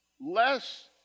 less